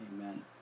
Amen